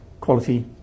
quality